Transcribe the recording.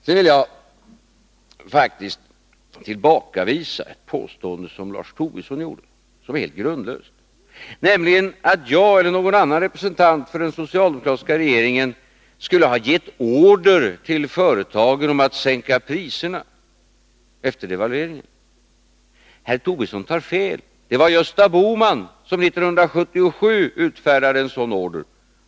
Sedan vill jag faktiskt tillbakavisa ett påstående som Lars Tobisson gjorde, som är helt grundlöst, nämligen att jag eller någon annan representant för den socialdemokratiska regeringen skulle ha gett order till företagen om att sänka priserna efter devalveringen. Herr Tobisson tar fel. Det var Gösta Bohman som 1977 utfärdade en sådan order.